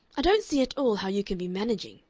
i don't see at all how you can be managing,